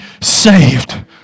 saved